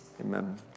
Amen